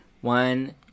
One